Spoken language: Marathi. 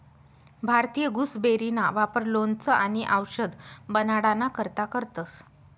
भारतीय गुसबेरीना वापर लोणचं आणि आवषद बनाडाना करता करतंस